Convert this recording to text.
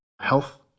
health